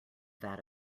that